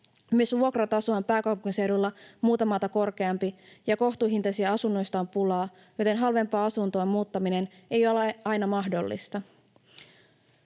Myös vuokrataso on pääkaupunkiseudulla muuta maata korkeampi, ja kohtuuhintaisista asunnoista on pulaa, joten halvempaan asuntoon muuttaminen ei ole aina mahdollista.